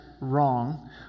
wrong